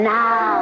now